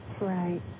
Right